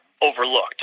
overlooked